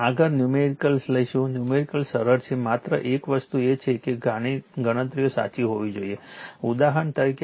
આગળ ન્યૂમેરિકલ લઈશુ ન્યૂમેરિકલ સરળ છે માત્ર એક વસ્તુ એ છે કે ગણતરીઓ સાચી હોવી જોઈએ ઉદાહરણ તરીકે